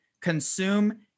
consume